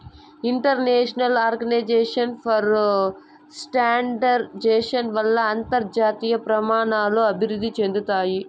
international organization for standardization వల్ల అంతర్జాతీయ ప్రమాణాలు అభివృద్ధి చెందుతాయి